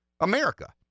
America